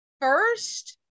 first